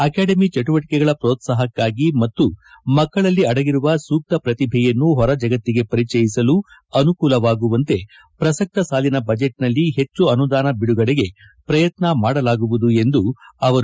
academy ಚಟುವಟಿಕೆಗಳ ಪೋತ್ಸಾಹಕ್ಕಾಗಿ ಮತ್ತು ಮಕ್ಕಳಲ್ಲಿ ಅಡಗಿರುವ ಸೂಕ್ತ ಪ್ರಶಿಭೆಯನ್ನು ಹೊರ ಜಗತ್ತಿಗೆ ಪರಿಚಯಿಸಲು ಅನುಕೂಲವಾಗುವಂತೆ ಪ್ರಸಕ್ತ ಸಾಲಿನ ಬಜೆಟ್ನಲ್ಲಿ ಹೆಚ್ಚು ಅನುದಾನ ಬಿಡುಗಡೆಗೆ ಪ್ರಯತ್ನ ಮಾಡಲಾಗುವುದು ಎಂದರು